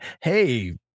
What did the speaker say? hey